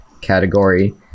category